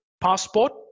passport